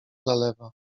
zalewa